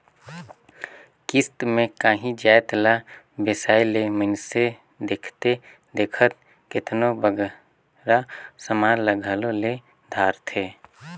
किस्त में कांही जाएत ला बेसाए ले मइनसे देखथे देखत केतनों बगरा समान ल घलो ले धारथे